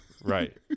Right